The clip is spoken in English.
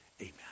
amen